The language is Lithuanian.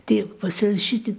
tai pasirašyti